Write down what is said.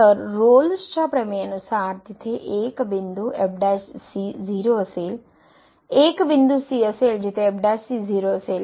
तर रोल्सच्या प्रमेयानुसार तेथे एक बिंदू 0 असेल 0 एक बिंदू c असेल जेथे 0 असेल